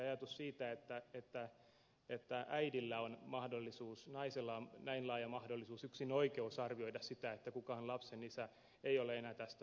ajatus siitä että äidillä on mahdollisuus naisella on näin laaja mahdollisuus yksinoikeus arvioida sitä kuka on lapsen isä ei ole enää tästä maailmasta